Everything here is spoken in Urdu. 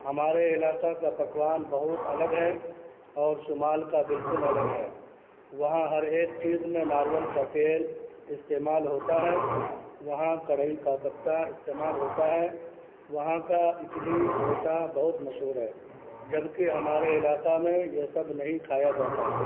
ہمارے علاقہ کا پکوان بہت الگ ہے اور شمال کا بالکل الگ ہے وہاں ہر ایک چیز میں ناریل کا تیل استعمال ہوتا ہے وہاں کڑھئی کا پتہ استعمال ہوتا ہے وہاں کا اڈلی ڈوسا بہت مشہور ہے جبکہ ہمارے علاقہ میں یہ سب نہیں کھایا جاتا